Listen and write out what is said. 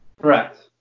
Correct